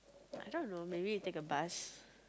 I don't know maybe you take a bus